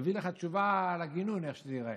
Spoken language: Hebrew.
יביא לך תשובה על איך הגינון ייראה.